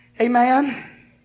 Amen